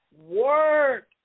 work